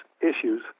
issues